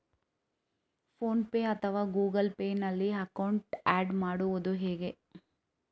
Phone pay ಅಥವಾ Google Pay ನಲ್ಲಿ account add ಮಾಡುವುದು ಹೇಗೆ?